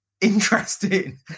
interesting